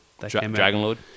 Dragonlord